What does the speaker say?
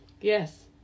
Yes